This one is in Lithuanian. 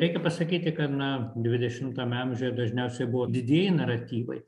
reikia pasakyti kad na dvidešimtame amžiuje dažniausiai buvo didieji naratyvai